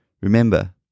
Remember